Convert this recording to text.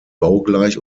baugleich